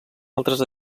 altres